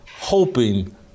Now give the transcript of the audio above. hoping